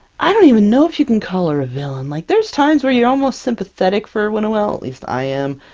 i don't even know if you can call her a villain, like there's times where you're almost sympathetic for winnowill. at least, i am,